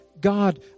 God